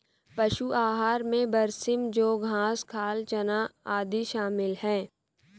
पशु आहार में बरसीम जौं घास खाल चना आदि शामिल है